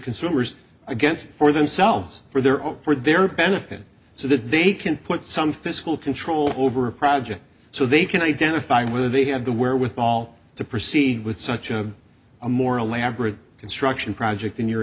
consumers against for themselves for their own for their benefit so that they can put some fiscal control over a project so they can identify whether they have the wherewithal to proceed with such a a more elaborate construction project in your